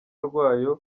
rwayo